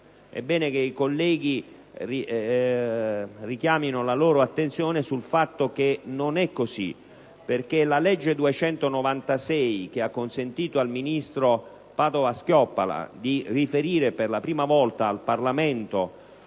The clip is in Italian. è bene che i colleghi richiamino la loro attenzione sul fatto che non è così. Infatti, la legge n. 296 del 2006, che ha consentito al ministro Padoa-Schioppa di riferire per la prima volta al Parlamento